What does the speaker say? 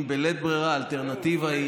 אם בלית ברירה האלטרנטיבה היא,